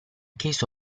case